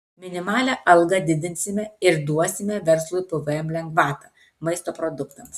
minimalią algą didinsime ir duosime verslui pvm lengvatą maisto produktams